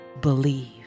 Believe